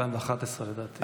ב-2011, לדעתי.